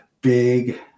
big